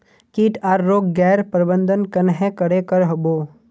किट आर रोग गैर प्रबंधन कन्हे करे कर बो?